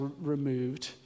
removed